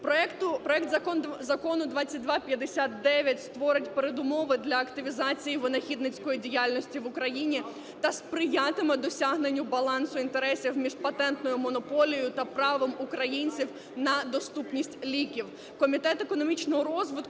Проект закону 2259 створить передумови для активізації винахідницької діяльності в Україні та сприятиме досягненню балансу інтересів між патентною монополією та правом українців на доступність ліків.